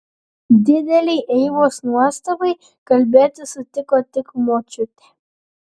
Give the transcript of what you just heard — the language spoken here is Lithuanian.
didelei eivos nuostabai kalbėti sutiko tik močiutė